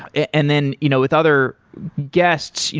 and then you know with other guests,